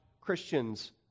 Christians